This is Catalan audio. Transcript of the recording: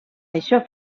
això